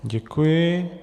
Děkuji.